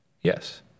Yes